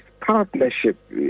partnership